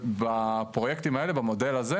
יש שם המון פרויקטים ותמ"ליים וחלק דירות בהנחה,